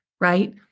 right